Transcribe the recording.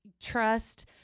trust